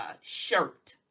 shirt